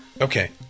Okay